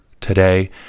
today